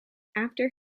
after